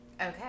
Okay